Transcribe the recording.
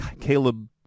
Caleb